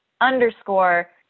underscore